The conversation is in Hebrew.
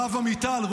הרב עמיטל,